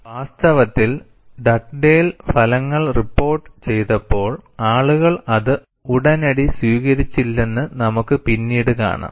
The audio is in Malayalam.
വാസ്തവത്തിൽ ഡഗ്ഡേൽ ഫലങ്ങൾ റിപ്പോർട്ടു ചെയ്തപ്പോൾ ആളുകൾ അത് ഉടനടി സ്വീകരിച്ചില്ലെന്ന് നമുക്ക് പിന്നീട് കാണാം